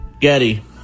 Getty